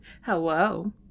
Hello